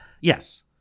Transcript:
yes